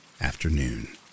afternoon